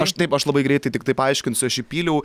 aš taip aš labai greitai tiktai paaiškinsiu aš įpyliau